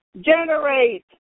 generate